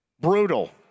Brutal